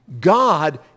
God